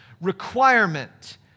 requirement